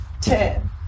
ten